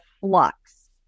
flux